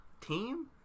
team